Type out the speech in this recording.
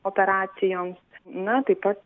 operacijoms na taip pat